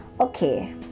Okay